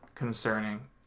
Concerning